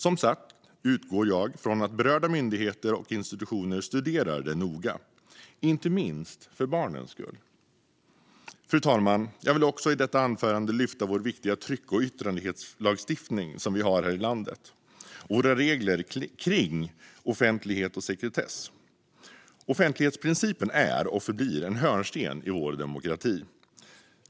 Som sagt utgår jag från att berörda myndigheter och institutioner studerar detta noga, inte minst för barnens skull. Fru talman! Jag vill också i detta anförande lyfta fram vår viktiga tryck och yttrandefrihetslagstiftning som vi har här i landet och våra regler kring offentlighet och sekretess. Offentlighetsprincipen är och förblir en hörnsten i vår demokrati.